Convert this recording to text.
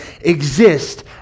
exist